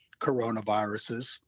coronaviruses